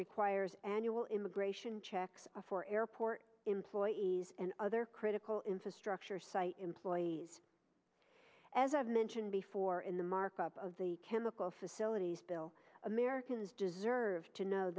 requires annual immigration checks for airport employees and other critical infrastructure site employees as i've mentioned before in the markup of the chemical facilities bill americans deserve to know